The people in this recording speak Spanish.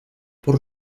por